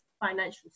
financial